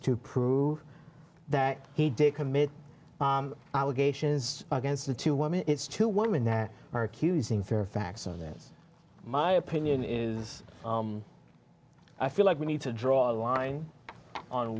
to prove that he did commit allegations against the two women it's two women that are accusing fairfax of this my opinion is i feel like we need to draw a line on